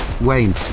Wayne